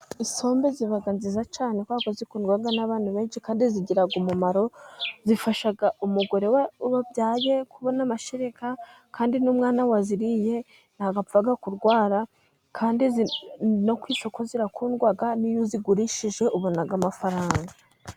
Isombe iba nziza cyane，kubera ko ikundwa n'abantu benshi， kandi igira umumaro， ifasha umugore wabyaye kubona amashereka，kandi n'umwana wayiriye ntabwo apfa kurwara，kandi no ku isoko irakundwa， n'iyo uyigurishije ubona amafaranga.